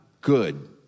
Good